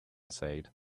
said